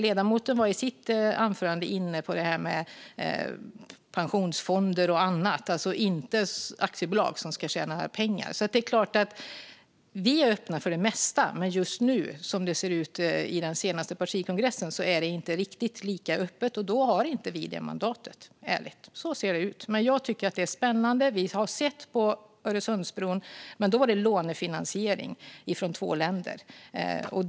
Ledamoten var i sitt anförande inne på pensionsfonder och annat, alltså inte aktiebolag som ska tjäna pengar. Vi är öppna för det mesta, men just nu, som det ser ut efter den senaste partikongressen, är det inte riktigt lika öppet, och då har inte vi det mandatet. Så ser det ut, ärligt talat. Men jag tycker att det är spännande. Vi har sett Öresundsbron, men där var det lånefinansiering från två länder.